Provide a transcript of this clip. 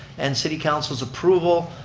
and city council's approval,